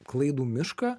klaidų mišką